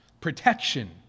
protection